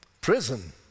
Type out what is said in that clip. Prison